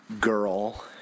girl